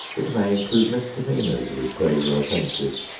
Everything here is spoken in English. it may include misdemeanors with graver offenses.